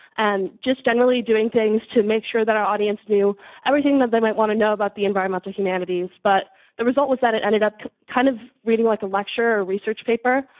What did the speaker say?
and just generally doing things to make sure that our audience knew everything that they might wanna know about the environmental humanities. but the result was that it ended up kind of reading like a lecture or research paper.